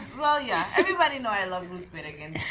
well, yeah. everybody knows i love ruth bader